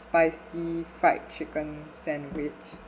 spicy fried chicken sandwich